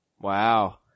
Wow